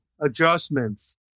adjustments